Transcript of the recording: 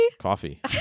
Coffee